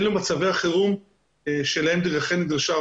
אלה מצבי החירום שלהם רח"ל נדרשה,